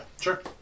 Sure